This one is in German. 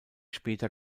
später